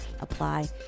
apply